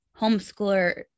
homeschooler